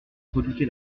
redouté